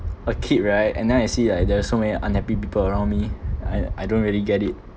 a kid right and then I see like there are so many unhappy people around me I I don't really get it